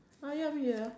uh ya me ah